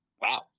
wow